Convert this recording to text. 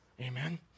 Amen